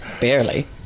Barely